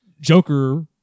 Joker